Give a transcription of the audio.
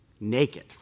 naked